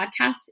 Podcasts